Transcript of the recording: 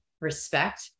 respect